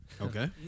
Okay